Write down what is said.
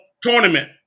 Tournament